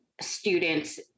students